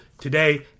today